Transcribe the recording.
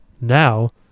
now